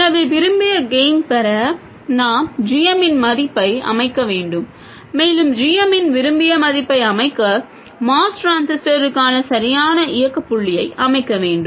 எனவே விரும்பிய கெய்ன் பெற நாம் g m இன் மதிப்பை அமைக்க வேண்டும் மேலும் g m இன் விரும்பிய மதிப்பை அமைக்க MOS டிரான்சிஸ்டருக்கான சரியான இயக்கப் புள்ளியை அமைக்க வேண்டும்